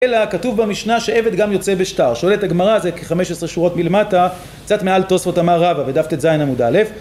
אלא כתוב במשנה שעבד גם יוצא בשטר, שואלת הגמרא, זה כחמש עשרה שורות מלמטה, קצת מעל תוספות אמר רבא בדף ט"ז עמוד א'